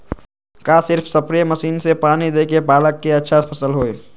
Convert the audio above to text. का सिर्फ spray machine से पानी देके पालक के अच्छा फसल होई?